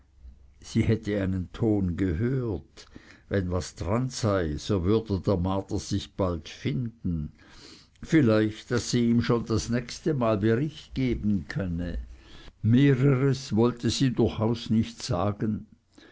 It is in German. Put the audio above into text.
sie hätte einen ton gehört wenn was dran sei so würde der marder sich bald finden vielleicht daß sie ihm schon das nächste mal bericht geben könne mehreres wollte sie durchaus nicht sagen